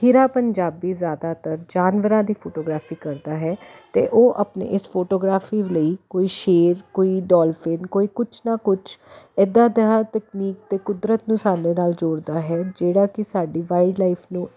ਹੀਰਾ ਪੰਜਾਬੀ ਜ਼ਿਆਦਾਤਰ ਜਾਨਵਰਾਂ ਦੀ ਫੋਟੋਗ੍ਰਾਫੀ ਕਰਦਾ ਹੈ ਅਤੇ ਉਹ ਆਪਣੇ ਇਸ ਫੋਟੋਗ੍ਰਾਫੀ ਲਈ ਕੋਈ ਸ਼ੇਰ ਕੋਈ ਡੋਲਫਿਨ ਕੋਈ ਕੁਛ ਨਾ ਕੁਛ ਇੱਦਾਂ ਦਾ ਤਕਨੀਕ 'ਤੇ ਕੁਦਰਤ ਨੂੰ ਸਾਡੇ ਨਾਲ ਜੋੜਦਾ ਹੈ ਜਿਹੜਾ ਕਿ ਸਾਡੀ ਵਾਈਡ ਲਾਈਫ ਨੂੰ